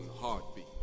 heartbeat